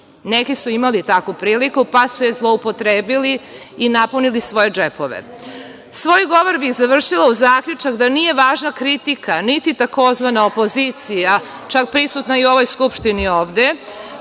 Neki su imali takvu priliku, pa su je zloupotrebili i napunili svoje džepove. Svoj govor bi završila uz zaključak da nije važna kritika, niti takozvana opozicija čak i prisutna u ovoj skupštini ovde,